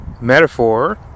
metaphor